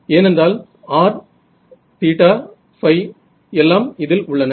ஏனென்றால் r theta phi எல்லாம் இதில் உள்ளன